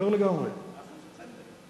השנה הזו.